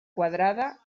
quadrada